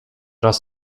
raz